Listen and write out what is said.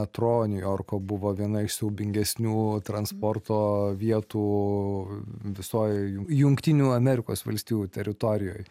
metro niujorko buvo viena iš siaubingesnių transporto vietų visoj jungtinių amerikos valstijų teritorijoj